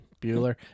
Bueller